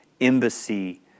embassy